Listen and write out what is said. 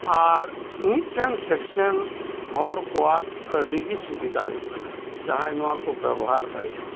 ᱟᱨ ᱢᱤᱫᱴᱮᱱ ᱥᱮᱠᱥᱮᱱ ᱦᱚᱲ ᱠᱚᱣᱟᱜ ᱟᱹᱰᱤ ᱜᱮ ᱥᱩᱵᱤᱫᱟ ᱦᱩᱭᱩᱜ ᱠᱟᱱᱟ ᱡᱟᱸᱦᱟᱭ ᱱᱚᱣᱟ ᱠᱚ ᱵᱮᱵᱚᱦᱟᱨ ᱫᱟᱲᱮᱭᱟ ᱠᱚ